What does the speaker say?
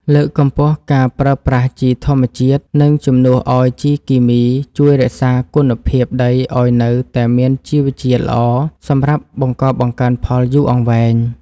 លើកកម្ពស់ការប្រើប្រាស់ជីធម្មជាតិជំនួសឱ្យជីគីមីជួយរក្សាគុណភាពដីឱ្យនៅតែមានជីវជាតិល្អសម្រាប់បង្កបង្កើនផលយូរអង្វែង។